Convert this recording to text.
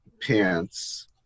pants